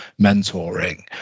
mentoring